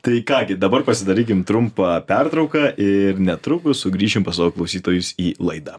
tai ką gi dabar pasidarykim trumpą pertrauką ir netrukus sugrįšim pas savo klausytojus į laidą